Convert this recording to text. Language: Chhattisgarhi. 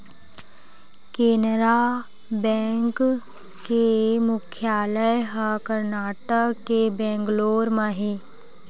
केनरा बेंक के मुख्यालय ह करनाटक के बेंगलोर म हे